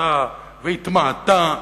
פחתה והתמעטה,